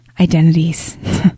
identities